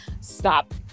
Stop